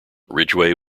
ridgway